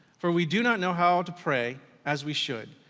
for we do not know how to pray as we should,